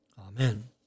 Amen